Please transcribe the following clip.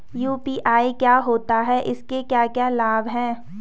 UPI क्या होता है इसके क्या क्या लाभ हैं?